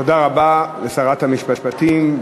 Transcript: תודה רבה לשרת המשפטים.